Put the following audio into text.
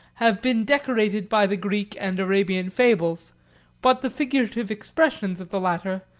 have been decorated by the greek and arabian fables but the figurative expressions of the latter,